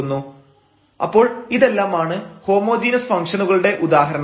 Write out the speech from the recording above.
f tx ty tn f x y അപ്പോൾ ഇതെല്ലാമാണ് homogeneous ഫംഗ്ഷനുകളുടെ ഉദാഹരണങ്ങൾ